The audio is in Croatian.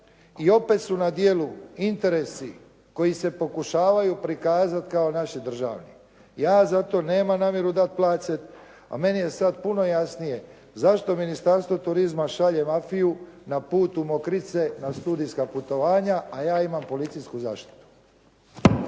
i opet su na djelu interesi koji se pokušavaju prikazati kao naši državni. Ja za to nemam namjeru dati placet a meni je sada puno jasnije zašto Ministarstvo turizma šalje mafiju na put u Mokrice na studijska putovanja, a ja imam policijsku zaštitu.